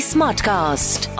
Smartcast